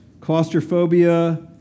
claustrophobia